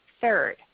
Third